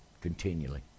continually